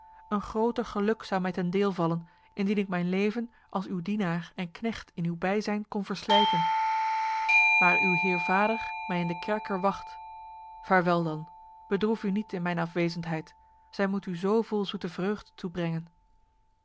een groter geluk zou mij ten deel vallen indien ik mijn leven als uw dienaar en knecht in uw bijzijn kon verslijten maar uw heer vader mij in de kerker wacht vaarwel dan bedroef u niet in mijn afwezendheid zij moet u zoveel zoete vreugd toebrengen